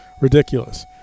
ridiculous